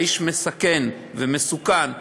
האיש מסכן ומסוכן,